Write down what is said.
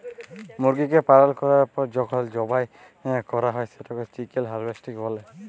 মুরগিকে পালল ক্যরার পর যখল জবাই ক্যরা হ্যয় সেটকে চিকেল হার্ভেস্টিং ব্যলে